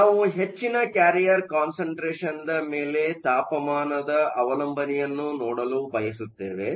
ಆದ್ದರಿಂದ ನಾವು ಹೆಚ್ಚಿನ ಕ್ಯಾರಿಯರ್ ಕಾನ್ಸಂಟ್ರೇಷನ್ದ ಮೇಲೆ ತಾಪಮಾನ ಅವಲಂಬನೆಯನ್ನು ನೋಡಲು ಬಯಸುತ್ತೇವೆ